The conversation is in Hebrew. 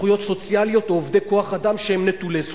זכויות סוציאליות או עובדי כוח-אדם שהם נטולי זכויות?